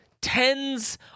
tens